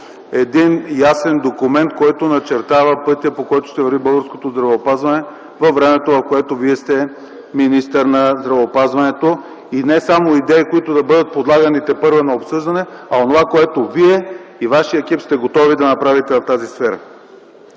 един ясен документ, който начертава пътя, по който ще върви българското здравеопазване във времето, в което Вие сте министър на здравеопазването, и то не само с идеи, които да бъдат подлагани тепърва на обсъждане, а онова, което Вие и Вашият екип сте готови да направите в тази сфера.